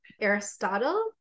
Aristotle